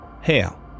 Hell